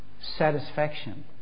satisfaction